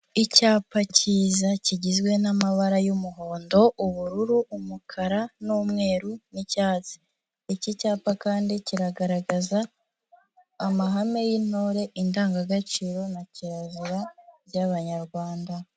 Icyapa cyiza kigizwe n'amabara y'umuhondo, ubururu, umukara, n'umweru, n'icyatsi, iki cyapa kandi kiragaragaza amahame y'intore, indangagaciro, na kirazira by'abanyarwanda.